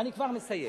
כבר מסיים.